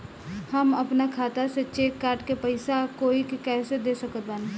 हम अपना खाता से चेक काट के पैसा कोई के कैसे दे सकत बानी?